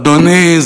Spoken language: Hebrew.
אדוני,